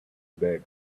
bed